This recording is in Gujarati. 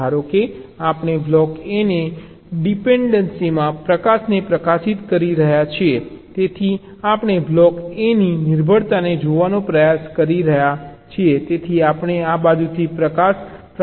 ધારો કે આપણે બ્લોક A ની ડિપેન્ડન્સીમાં આ પ્રકાશને પ્રકાશિત કરી રહ્યા છીએ